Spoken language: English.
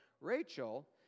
Rachel